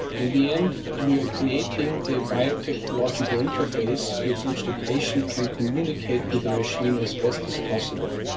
in the end we are creating a biotechnological interface with which the patient can communicate with the machine as best as possible.